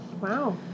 Wow